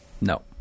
No